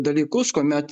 dalykus kuomet